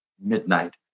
midnight